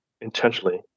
intentionally